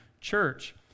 Church